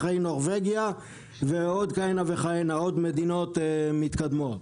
אחרי נורבגיה ועוד כהנה וכהנה מדינות מתקדמות.